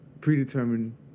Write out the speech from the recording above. predetermined